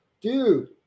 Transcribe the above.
Dude